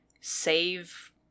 save